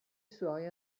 suoi